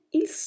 il